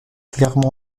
clairement